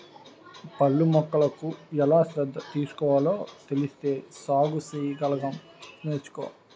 పళ్ళ మొక్కలకు ఎలా శ్రద్ధ తీసుకోవాలో తెలిస్తే సాగు సెయ్యగలం నేర్చుకో